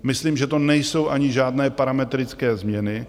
Myslím, že to nejsou ani žádné parametrické změny.